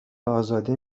ازاده